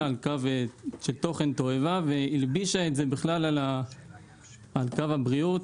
על קו של תוכן תועבה והלבישה אותו על קו הבריאות,